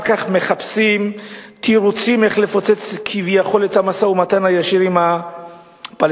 כך מחפשים תירוצים איך לפוצץ כביכול את המשא-ומתן הישיר עם הפלסטינים,